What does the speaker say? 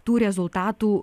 tų rezultatų